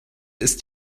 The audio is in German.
ist